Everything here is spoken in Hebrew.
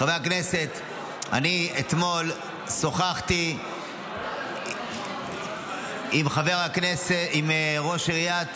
חברי הכנסת, אתמול שוחחתי עם ראש עיריית